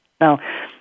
Now